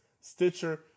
Stitcher